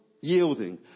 yielding